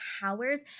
powers